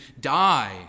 die